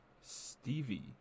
Stevie